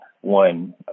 one